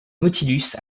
nautilus